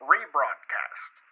Rebroadcast